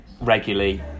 regularly